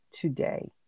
today